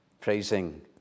praising